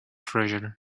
treasure